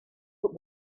but